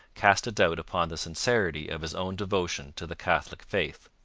cast a doubt upon the sincerity of his own devotion to the catholic faith.